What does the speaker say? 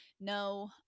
no